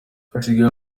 hasigaye